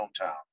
hometown